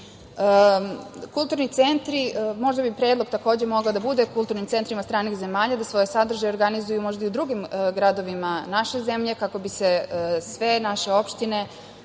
iste. Kulturni centri, možda bi predlog takođe mogao da bude kulturnim centrima stranih zemalja da svoje sadržaje organizuju možda i u drugim gradovima naše zemlje, kako bi se sve naše opštine